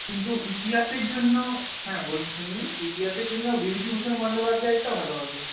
কিন্তু ইতিহাসের জন্য হ্যাঁ শুনুন ইতিহাসের জন্য বিভূতিভূষণ বন্দ্যোপাধ্যায়েরটাও ভালো হবে